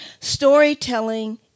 Storytelling